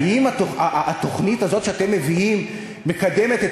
האם התוכנית הזאת שאתם מביאים מקדמת את